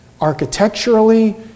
architecturally